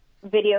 video